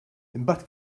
imbagħad